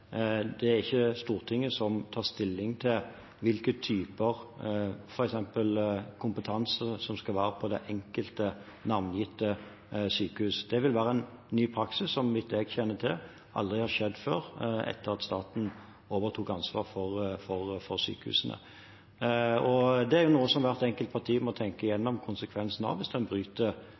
det ikke er Stortinget som tar stilling til f.eks. hvilke typer kompetanse som skal være på det enkelte, navngitte sykehus. Det vil være en ny praksis, noe som, så vidt jeg kjenner til, aldri har skjedd etter at staten overtok ansvaret for sykehusene. Det er noe som hvert enkelt parti må tenke igjennom konsekvensene av, hvis en bryter